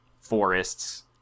forests